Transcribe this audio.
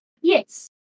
Yes